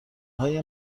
های